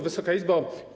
Wysoka Izbo!